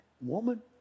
woman